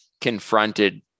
confronted